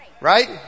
Right